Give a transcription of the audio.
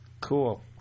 Cool